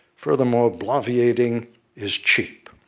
furthermore, bloviating is cheap.